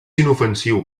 inofensiu